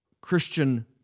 Christian